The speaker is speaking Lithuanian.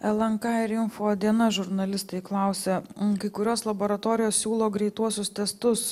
lnk ir info dienos žurnalistai klausia kai kurios laboratorijos siūlo greituosius testus